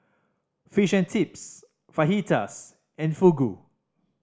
Fish and Chips Fajitas and Fugu